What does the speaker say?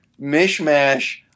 mishmash